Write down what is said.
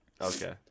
Okay